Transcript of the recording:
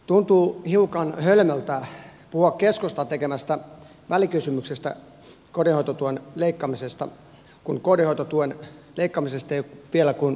tuntuu hiukan hölmöltä puhua keskustan tekemästä välikysymyksestä kotihoidon tuen leikkaamisesta kun kotihoidon tuen leikkaamisesta ei ole vielä kuin huhupuhe